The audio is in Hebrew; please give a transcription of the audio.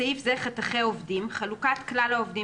בסעיף זה - "חתכי עובדים" חלוקת כלל העובדים